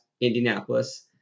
Indianapolis